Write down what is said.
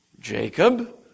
Jacob